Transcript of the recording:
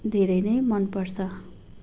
धेरै नै मन पर्छ